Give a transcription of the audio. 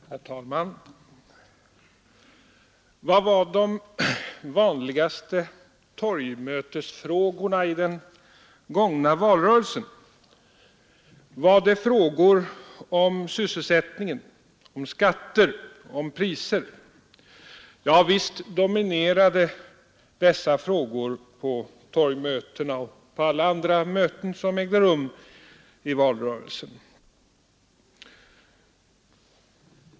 Herr talman! Vilka var de vanligaste torgmötesfrågorna under den gångna valrörelsen? Var det frågor om sysselsättning, skatter och priser? Ja, visst dominerade dessa ämnen på torgmötena och på alla andra möten som ägde rum under valrörelsen.